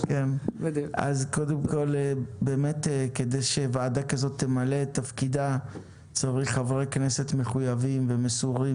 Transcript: כדי שוועדה כזו תמלא את תפקידה צריך חברי כנסת מחויבים ומסורים,